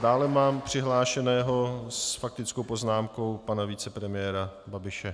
Dále mám přihlášeného s faktickou poznámkou pana vicepremiéra Babiše.